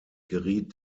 geriet